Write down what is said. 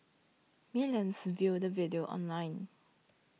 millions viewed the video online